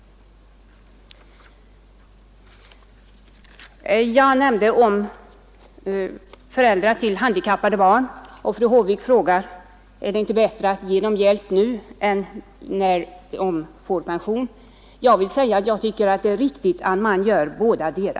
Jag nämnde också något om föräldrar till handikappade barn, och fru Håvik frågade: Är det inte bättre att ge dem hjälp nu än när de får pension? Jag vill svara att jag tycker det är riktigt att göra bådadera.